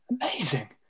Amazing